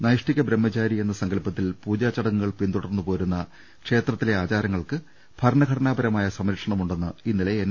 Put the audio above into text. നൈഷ്ഠിക് ബ്രഹ്മചാരി എന്ന സങ്കല്പത്തിൽ പൂജാചടങ്ങുകൾ പിന്തുടർന്ന് പോരുന്ന ക്ഷേത്രത്തിലെ ആചാരങ്ങൾക്ക് ഭരണഘടനാ പരമായ സംര ക്ഷണമുണ്ടെന്ന് ഇന്നലെ എൻ